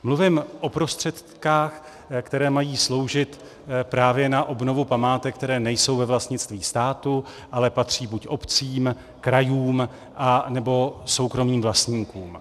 Mluvím o prostředcích, které mají sloužit právě na obnovu památek, které nejsou ve vlastnictví státu, ale patří buď obcím, krajům, anebo soukromým vlastníkům.